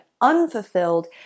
unfulfilled